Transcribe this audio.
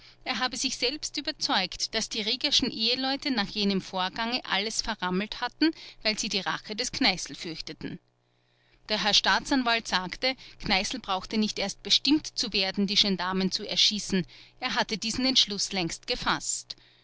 er habe sich selbst überzeugt daß die riegerschen eheleute nach jenem vorgange alles verrammelt hatten weil sie die rache des kneißl fürchteten der herr staatsanwalt sagt kneißl brauchte nicht erst bestimmt zu werden die gendarmen zu erschießen er hatte diesen entschluß längst gefaßt